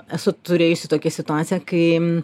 esu turėjusi tokią situaciją kai